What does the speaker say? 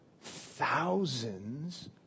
thousands